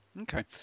okay